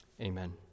Amen